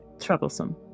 troublesome